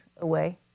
away